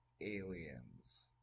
aliens